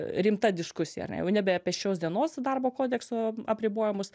rimta diskusija ar ne jau nebe apie šios dienos darbo kodekso apribojimus